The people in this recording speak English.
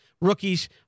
rookies